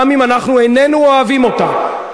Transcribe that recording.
גם אם אנחנו איננו אוהבים אותה,